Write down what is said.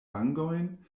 vangojn